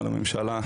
על הממשלה,